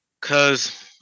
cause